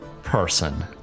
person